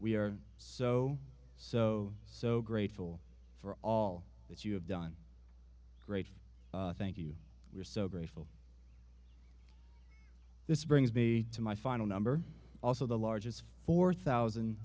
we are so so so grateful for all that you have done a great thank you we're so grateful this brings me to my final number also the largest four thousand